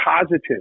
positive